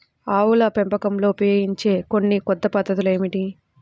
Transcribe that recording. ఆవుల పెంపకంలో ఉపయోగించే కొన్ని కొత్త పద్ధతులు ఏమిటీ?